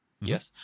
Yes